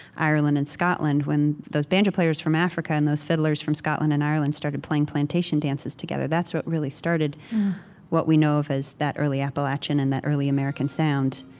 ireland, and scotland, when those banjo players from africa and those fiddlers from scotland and ireland started playing plantation dances together. that's what really started what we know of as that early appalachian and that early american sound.